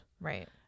right